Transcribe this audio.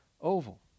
oval